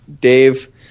Dave